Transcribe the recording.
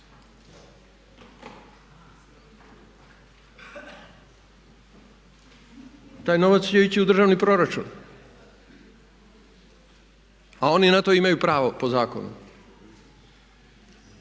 Taj novac će ići u državni proračun? A oni na to imaju pravo po zakonu.